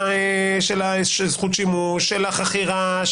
של זכות השימור, של החכירה.